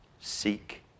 Seek